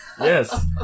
yes